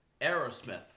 Aerosmith